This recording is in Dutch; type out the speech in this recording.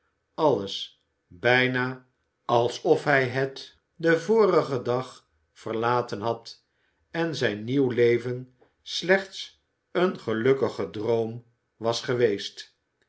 alles bijna alsof hij het den vorigen dag verlaten had en zijn nieuw leven slechts een gelukkige droom was geweest